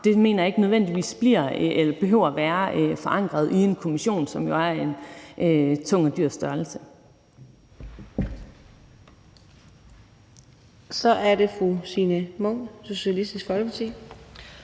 Den mener jeg ikke nødvendigvis behøver at være forankret i en kommission, som jo er en tung og dyr størrelse. Kl. 22:30 Fjerde næstformand (Karina